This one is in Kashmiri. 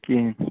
کِہیٖنۍ